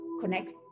connect